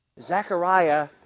Zechariah